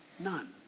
none.